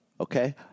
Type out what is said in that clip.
Okay